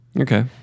Okay